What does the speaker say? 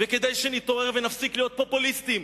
וכדאי שנתעורר ונפסיק להיות פופוליסטיים.